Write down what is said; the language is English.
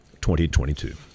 2022